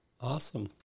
awesome